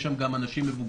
יש שם גם אנשים מבוגרים.